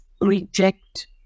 reject